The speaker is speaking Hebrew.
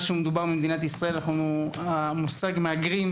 ובמדינת ישראל אנו מדברים פחות מתחבר למושג מהגרים.